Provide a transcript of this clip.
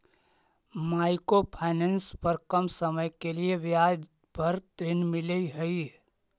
micro finance पर कम समय के लिए ब्याज पर ऋण मिलऽ हई